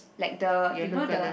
like the you know the